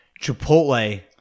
Chipotle